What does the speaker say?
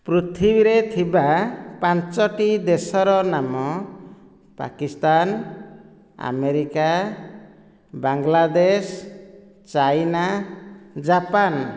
ପୃଥିବୀରେ ଥିବା ପାଞ୍ଚଟି ଦେଶର ନାମ Pakistan America Bangladesh China Japan